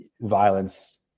violence